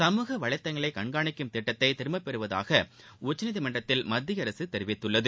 சமூக வலைதளங்களை கண்காணிக்கும் திட்டத்தை திரும்ப பெறுவதாக உச்சநீதிமன்றத்தில் மத்திய அரசு தெரிவித்துள்ளது